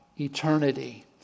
eternity